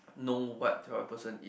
know what type of person is